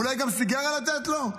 אולי גם סיגריה לתת לו?